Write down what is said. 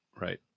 Right